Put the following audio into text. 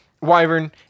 wyvern